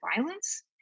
violence